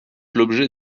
l’objet